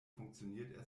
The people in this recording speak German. funktioniert